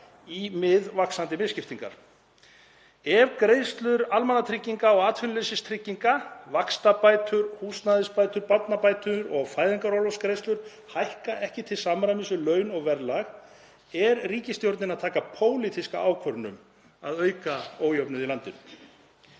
á mið vaxandi misskiptingar. Ef greiðslur almannatrygginga og atvinnuleysistrygginga, vaxtabætur, húsnæðisbætur, barnabætur og fæðingarorlofsgreiðslur hækka ekki til samræmis við laun og verðlag er ríkisstjórnin að taka pólitíska ákvörðun um að auka ójöfnuð í landinu.